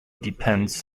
depends